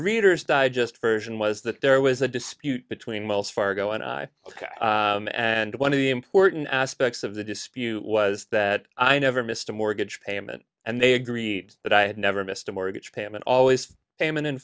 reader's digest version was that there was a dispute between wells fargo and i and one of the important aspects of the dispute was that i never missed a mortgage payment and they agreed that i had never missed a mortgage payment always payment in